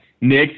Nick